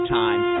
time